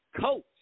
coach